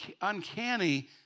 uncanny